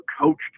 coached